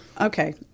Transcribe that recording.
Okay